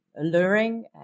alluring